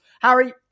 Harry